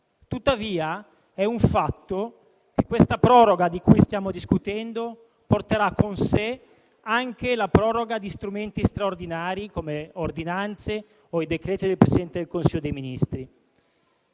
Tuttavia, è un fatto che la proroga di cui stiamo discutendo porterà con sé anche la proroga di strumenti straordinari, come ordinanze e decreti del Presidente del Consiglio dei ministri.